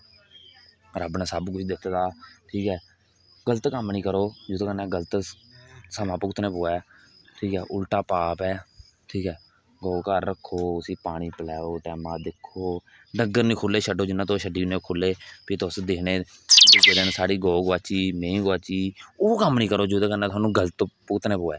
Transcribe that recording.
रब्ब ने सब कुछ दित्ते दा ठीक ऐ गल्त कम्म नेईं करो जेहदे कन्नै गल्त समां भुक्तना पवै ठीक ऐ उल्टा पाप ऐ ठीक ऐ गौ घार रक्खो उसी पानी पिलाओ उसी टेंमे दा दिक्खो डंगर नेईं खुल्ले छड्डो जियां तुस छड्डी ओड़ने ओह् खुल्ले फिह् तुस नेईं दिक्खने दुऐ दिन साढ़ी गो गुआची गेई मेहीं गुआची गेई ओह् कम्म नेईं करो जोहदे कन्नै स्हानू गल्त भुगतना पवै